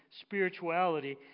spirituality